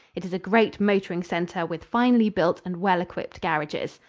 it is a great motoring center, with finely built and well equipped garages.